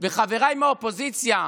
חבריי מהאופוזיציה,